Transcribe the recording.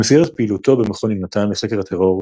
במסגרת פעילותו במכון יונתן לחקר הטרור,